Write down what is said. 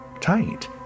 Tight